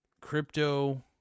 crypto